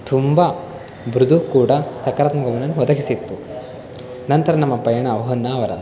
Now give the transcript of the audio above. ತುಂಬಾ ಮೃದು ಕೂಡ ಸಕಾರಾತ್ಮಕವನ್ನು ಒದಗಿಸಿತ್ತು ನಂತರ ನಮ್ಮ ಪಯಣ ಹೊನ್ನಾವರ